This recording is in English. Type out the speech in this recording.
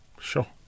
Sure